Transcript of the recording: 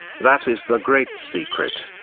that is the great secret.